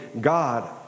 God